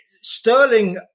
Sterling